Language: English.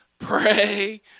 Pray